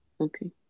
Okay